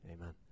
Amen